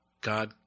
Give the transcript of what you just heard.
God